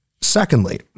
Secondly